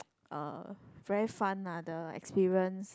uh very fun ah the experience